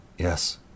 Yes